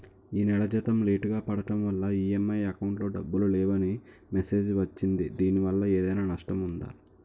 ఈ నెల జీతం లేటుగా పడటం వల్ల ఇ.ఎం.ఐ అకౌంట్ లో డబ్బులు లేవని మెసేజ్ వచ్చిందిదీనివల్ల ఏదైనా నష్టం ఉందా?